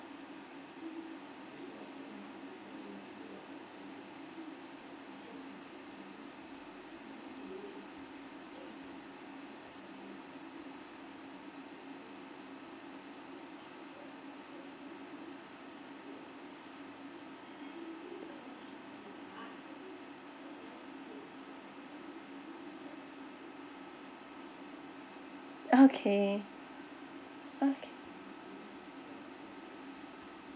okay okay